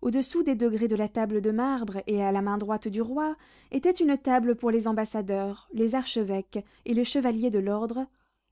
au-dessous des degrés de la table de marbre et à la main droite du roi était une table pour les ambassadeurs les archevêques et les chevaliers de l'ordre